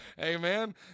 amen